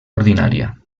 ordinària